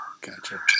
Gotcha